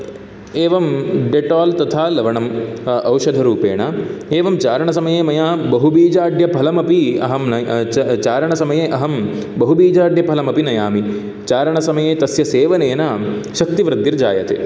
एवं डेटाल् तथा लवणम् औषधरूपेण एवं चारणसमये मया बहुबीजाड्यफलमपि अहं न चा चारणसमये अहं बहुबीजाड्यफलमपि नयामि चारणसमये तस्य सेवनेन शक्तिवृद्धिर्जायते